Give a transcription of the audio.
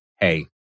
hey